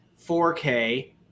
4K